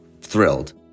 thrilled